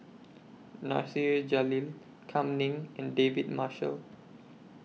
Nasir Jalil Kam Ning and David Marshall